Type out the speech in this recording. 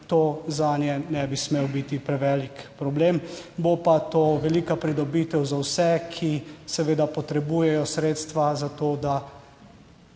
to zanje ne bi smel biti prevelik problem, bo pa to velika pridobitev za vse, ki seveda potrebujejo sredstva za to, da